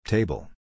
Table